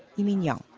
lee minyoung,